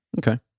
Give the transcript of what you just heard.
Okay